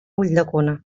ulldecona